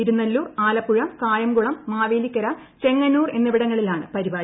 തിരുനെല്ലൂർ ആലപ്പുഴ കായംകുളം മാവേലിക്കര ചെങ്ങന്നൂർ എന്നിവിടങ്ങളിലാണ് പരിപാടി